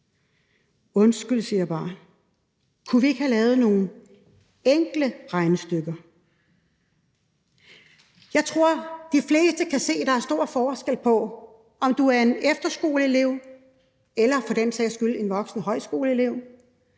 Undskyld, siger jeg bare. Kunne man ikke have lavet nogle enkle regnestykker? Jeg tror, de fleste kan se, at der er stor forskel på, om du er en efterskoleelev eller for den sags skyld en voksen højskoleelev,